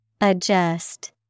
Adjust